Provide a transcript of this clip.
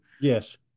Yes